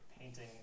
painting